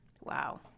Wow